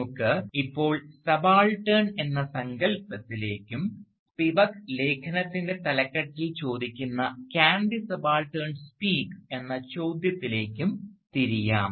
നമുക്ക് ഇപ്പോൾ സബാൾട്ടൻ എന്ന സങ്കൽപ്പത്തിലേക്കും സ്പിവക് ലേഖനത്തിൻറെ തലക്കെട്ടിൽ ചോദിക്കുന്ന "can the subaltern speak" Can the Subaltern Speak എന്ന ചോദ്യത്തിലേക്കും തിരിയാം